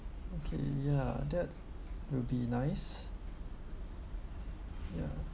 okay ya that will be nice ya